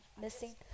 missing